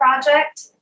project